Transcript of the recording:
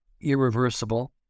irreversible